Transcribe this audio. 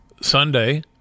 Sunday